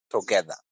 together